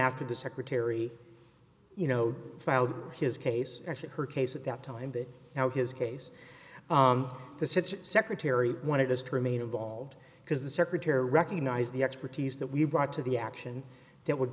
after the secretary you know filed his case actually her case at that time that now his case to sit secretary wanted us to remain involved because the secretary recognized the expertise that we brought to the action that would